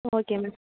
okay ma'am